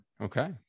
Okay